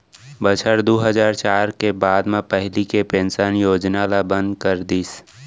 बछर दू हजार चार के बाद म पहिली के पेंसन योजना ल बंद कर दिस